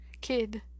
kid